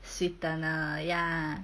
sweetener ya